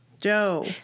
Joe